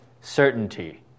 certainty